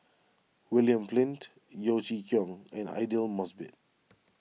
William Flint Yeo Chee Kiong and Aidli Mosbit